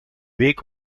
week